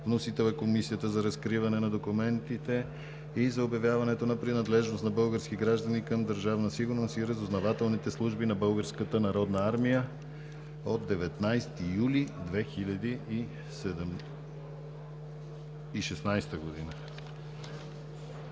внесен от Комисията за разкриване на документите и за обявяване на принадлежност на български граждани към Държавна сигурност и разузнавателните служби на Българската народна армия